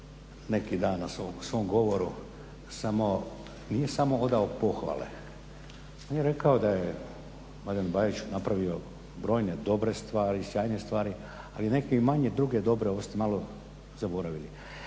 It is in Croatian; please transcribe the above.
neki dan u svom govoru samo, nije samo odao pohvale. On je rekao da je Mladen Bajić napravio brojne dobre stvari, sjajne stvari ali i neke i manje druge dobre, ovo ste malo zaboravili.